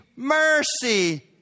Mercy